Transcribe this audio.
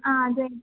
ആ അതെ